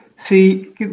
See